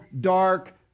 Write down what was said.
dark